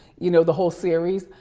you know, the whole series,